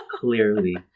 clearly